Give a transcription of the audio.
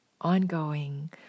ongoing